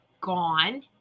gone